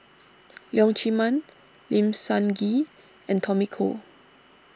Leong Chee Mun Lim Sun Gee and Tommy Koh